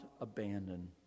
abandon